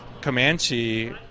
Comanche